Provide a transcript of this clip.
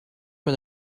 met